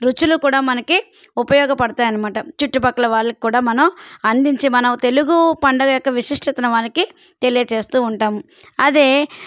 రుచులు కూడా మనకి ఉపయోగపడతాయన్నమాట చుట్టుపక్కల వాళ్ళకి కూడా మనం అందించి మన తెలుగు పండగ యొక్క విశిష్టతని వారికి తెలియజేస్తూ ఉంటాము అదే